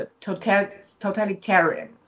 totalitarian